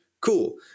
cool